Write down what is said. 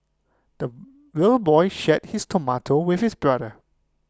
the little boy shared his tomato with his brother